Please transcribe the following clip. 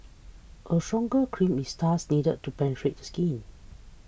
a stronger cream is thus needed to penetrate the skin